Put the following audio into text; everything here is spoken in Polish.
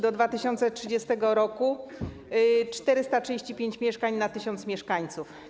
Do 2030 r. miało być 435 mieszkań na 1000 mieszkańców.